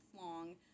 long